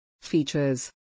features